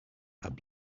that